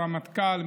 הרמטכ"ל,